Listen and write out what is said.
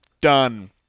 done